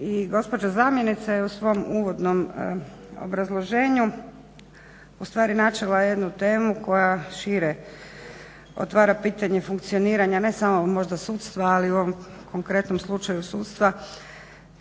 i gospođa zamjenica je u svom uvodnom obrazloženju ustvari načela jednu temu koja šire otvara pitanje funkcioniranja ne samo možda sudstva, ali u ovom konkretnom slučaju sudstva.